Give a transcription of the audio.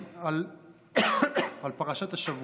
על פרשת השבוע.